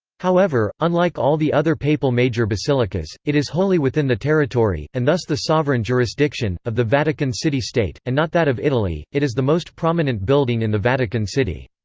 however, unlike all the other papal major basilicas, it is wholly within the territory, and thus the sovereign jurisdiction, of the vatican city state, and not that of italy it is the most prominent building in the vatican city.